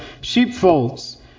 sheepfolds